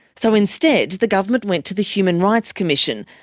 so instead the government went to the human rights commission,